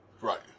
Right